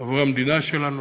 עבור המדינה שלנו,